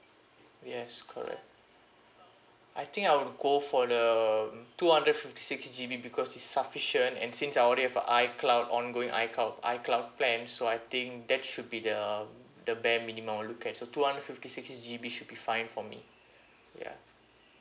yes correct I think I'll go for the um two hundred fifty six G_B because it's sufficient and since I already have a icloud ongoing icloud icloud plan so I think that should be the um the bare minimum I'll look at so two hundred fifty six G_B should be fine for me yeah